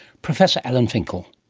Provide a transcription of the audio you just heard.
professor alan finkel.